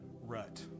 rut